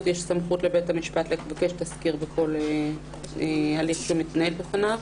סמכות לבית המשפט לבקש תסקיר בכל הליך שמתנהל בפניו